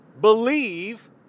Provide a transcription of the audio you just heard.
believe